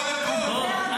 בוא לפה.